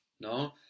no